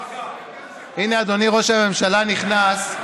הינה, אדוני ראש הממשלה נכנס.